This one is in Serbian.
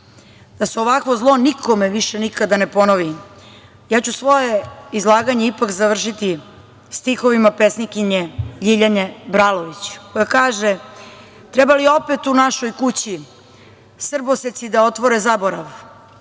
da se ovakvo zlo nikada nikome više ne ponovi, svoje izlaganje ću ipak završiti stihovima pesnikinje Ljiljane Bralović, koja kaže: „Treba li opet u našoj kući srboseci da otvore zaborav